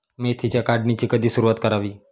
मेथीच्या काढणीची कधी सुरूवात करावी?